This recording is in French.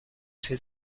ces